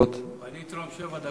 3177 של חבר הכנסת יעקב מרגי.